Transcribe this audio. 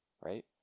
right